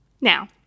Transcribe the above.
Now